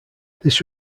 this